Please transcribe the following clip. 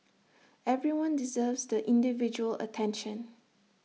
everyone deserves the individual attention